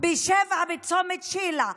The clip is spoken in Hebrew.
ב-19:00 בצומת שילה,